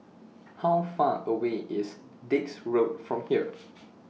How Far away IS Dix Road from here